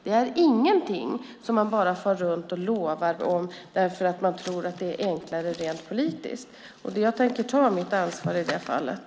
Det är ingenting som man bara far runt och lovar dem för att man tror att det är enklare rent politiskt. Jag tänker ta mitt ansvar i det fallet.